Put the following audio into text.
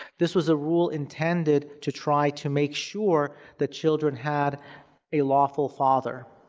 this was a rule intended to try to make sure that children had a lawful father,